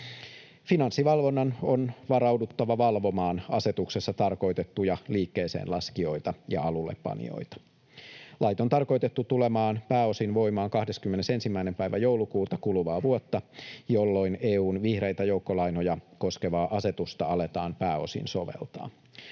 Finanssivalvonnan on varauduttava valvomaan asetuksessa tarkoitettuja liikkeeseenlaskijoita ja alullepanijoita. Lait on tarkoitettu tulemaan pääosin voimaan 21. päivä joulukuuta kuluvaa vuotta, jolloin EU:n vihreitä joukkolainoja koskevaa asetusta aletaan pääosin soveltaa.